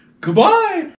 Goodbye